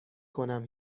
کنم